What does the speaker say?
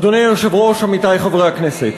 אדוני היושב-ראש, עמיתי חברי הכנסת,